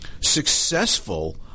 successful